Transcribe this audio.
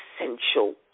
essential